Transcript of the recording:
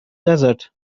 desert